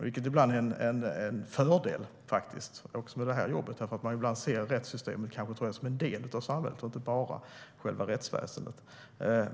Det är ibland en fördel i det här jobbet eftersom man kanske mer ser rättssystemet som en del av samhället och inte enbart själva rättsväsendet.